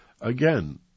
Again